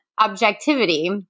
objectivity